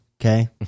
Okay